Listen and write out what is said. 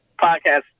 podcast